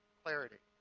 clarity